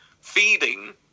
Feeding